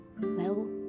Well